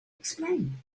explain